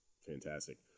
fantastic